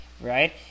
right